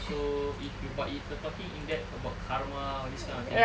so if you but if you're talking in that about karma all this kind of thing right